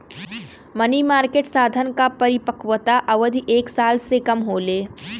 मनी market साधन क परिपक्वता अवधि एक साल से कम होले